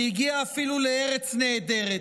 זה הגיע אפילו לארץ נהדרת.